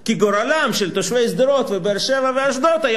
כי גורלם של תושבי שדרות ובאר-שבע ואשדוד היה